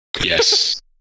Yes